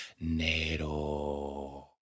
Nero